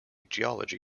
geology